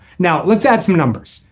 now let's add some numbers.